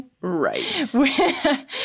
Right